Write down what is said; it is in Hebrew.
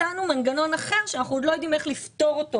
מצאנו מנגנון אחר שאנחנו עוד לא יודעים איך לפתור אותו.